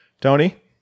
Tony